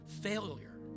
failure